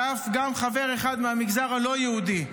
ואף חבר אחד מהמגזר הלא-יהודי.